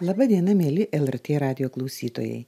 laba diena mieli lrt radijo klausytojai